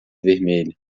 vermelho